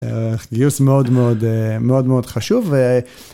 גיוס מאוד מאוד מאוד מאוד חשוב.